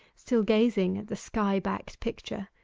still gazing at the skybacked picture.